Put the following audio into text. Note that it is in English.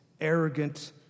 arrogant